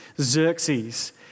Xerxes